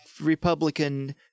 Republican